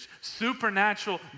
supernatural